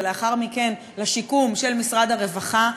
ולאחר מכן לשיקום של משרד הרווחה,